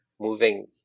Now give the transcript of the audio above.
moving